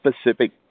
specific